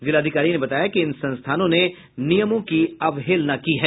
जिलाधिकारी ने बताया कि इन संस्थानों ने नियमों की अवहेलना की है